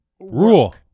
rule